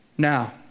Now